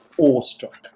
awestruck